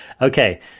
Okay